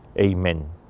Amen